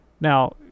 Now